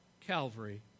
Calvary